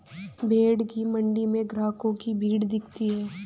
भेंड़ की मण्डी में ग्राहकों की भीड़ दिखती है